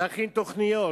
להכין תוכניות,